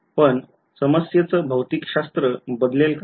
पण समस्येचं भौतिकशास्त्र बदलले का